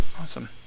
Awesome